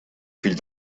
fill